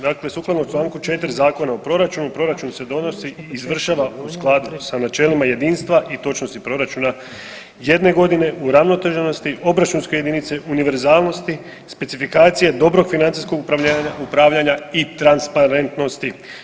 Dakle, sukladno članku 4. Zakona o proračunu proračun se donosi i izvršava u skladu sa načelima jedinstva i točnosti proračuna jedne godine, uravnoteženosti obračunske jedinice, univerzalnosti specifikacije, dobrog financijskog upravljanja i transparentnosti.